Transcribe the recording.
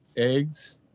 Eggs